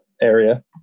area